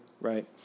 Right